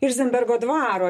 ilzenbergo dvaro